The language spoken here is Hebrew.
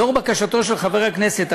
לאור בקשתו של חבר הכנסת,